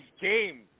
game